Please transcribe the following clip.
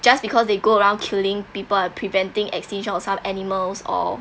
just because they go around killing people preventing extinct or some animals or